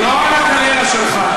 לא בקריירה שלך.